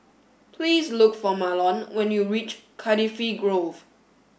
please look for Marlon when you reach Cardifi Grove